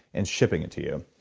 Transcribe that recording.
and shipping it to you.